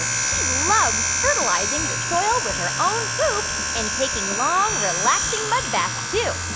she loves fertilizing the soil with her own poop and taking long, relaxing mud baths, too.